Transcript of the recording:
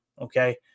okay